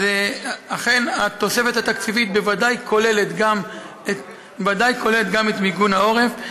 אכן התוספת התקציבית בוודאי כוללת גם את מיגון העורף.